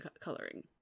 coloring